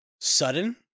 sudden